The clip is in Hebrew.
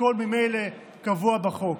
הכול ממילא קבוע בחוק.